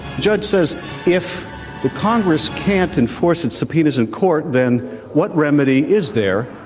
judge says if the congress can't enforce its subpoenas in court, then what remedy is there?